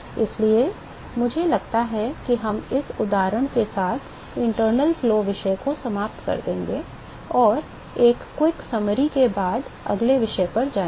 इसलिए मुझे लगता है कि हम इस उदाहरण के साथ आंतरिक प्रवाह विषय को समाप्त कर देंगे और एक त्वरित सारांश के बाद अगले विषय पर जाएंगे